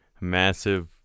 massive